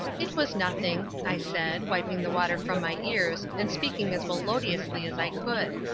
it was nothing, i said, wiping the water from my ears, and speaking as melodiously as i could.